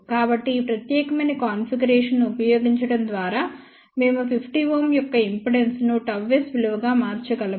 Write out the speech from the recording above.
కాబట్టి ఈ ప్రత్యేకమైన కాన్ఫిగరేషన్ను ఉపయోగించడం ద్వారా మేము 50 Ω యొక్క ఇంపిడెన్స్ను ΓS విలువగా మార్చగలము